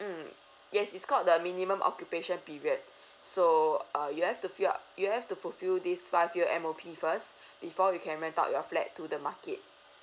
mm yes it's called the minimum occupation period so uh you have to fill up you have to fulfil this five year M_O_P first before we can rent out your flat to the market